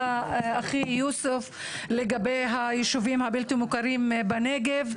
אחי יוסף לגבי היישובים הבלתי מוכרים בנגב.